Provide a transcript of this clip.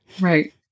Right